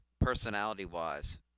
personality-wise